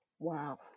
wow